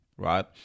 right